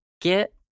get